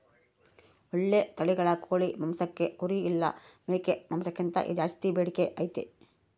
ಓಳ್ಳೆ ತಳಿಗಳ ಕೋಳಿ ಮಾಂಸಕ್ಕ ಕುರಿ ಇಲ್ಲ ಮೇಕೆ ಮಾಂಸಕ್ಕಿಂತ ಜಾಸ್ಸಿ ಬೇಡಿಕೆ ಐತೆ